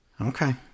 Okay